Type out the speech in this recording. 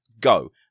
go